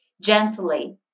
gently